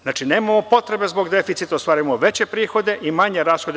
Znači, nemamo potrebe zbog deficita, ostvarujemo veće prihode i manje rashode.